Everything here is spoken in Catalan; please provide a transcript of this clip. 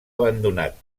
abandonat